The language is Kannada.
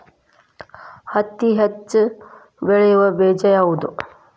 ಹತ್ತಿ ಹೆಚ್ಚ ಬೆಳೆಯುವ ಬೇಜ ಯಾವುದು?